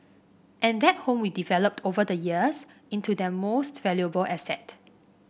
and that home we developed over the years into their most valuable asset